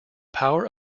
power